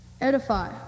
Edify